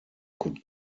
could